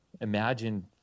Imagine